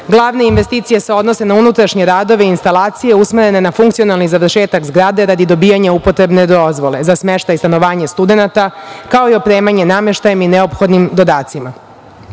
investicija se odnosi na unutrašnje radove i instalacije usmerene na funkcionalni završetak zgrade radi dobijanja upotrebne dozvole za smeštaj i stanovanje studenata, kao i opremanje nameštajem i neophodnim